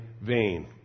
vain